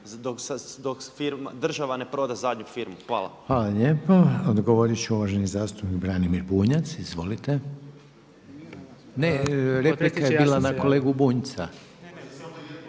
dok država ne proda zadnju firmu. Hvala. **Reiner, Željko (HDZ)** Hvala lijepo. Odgovorit će uvaženi zastupnik Branimir Bunjac. Izvolite. Ne, replika je bila na kolegu Bunjca.